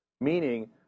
meaning